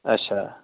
اَچھا